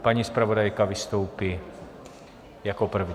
Paní zpravodajka vystoupí jako první.